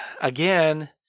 again